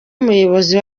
umuyobozi